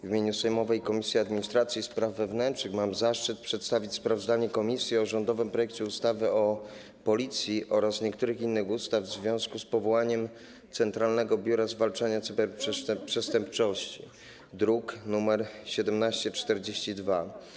W imieniu sejmowej Komisji Administracji i Spraw Wewnętrznych mam zaszczyt przedstawić sprawozdanie komisji o rządowym projekcie ustawy o Policji oraz niektórych innych ustaw w związku z powołaniem Centralnego Biura Zwalczania Cyberprzestępczości, druk nr 1742.